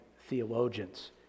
theologians